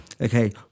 Okay